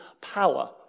power